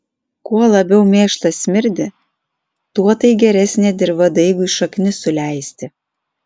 kuo labiau mėšlas smirdi tuo tai geresnė dirva daigui šaknis suleisti